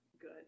good